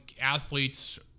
athletes